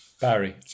Barry